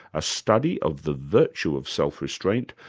a study of the virtue of self-restraint,